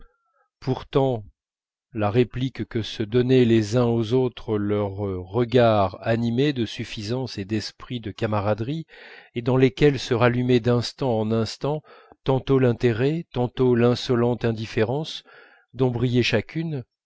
pourtant la réplique que se donnaient les uns aux autres leurs regards animés de suffisance et d'esprit de camaraderie et dans lesquels se rallumaient d'instant en instant tantôt l'intérêt tantôt l'insolente indifférence dont brillait chacune